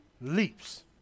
leaps